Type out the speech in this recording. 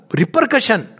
repercussion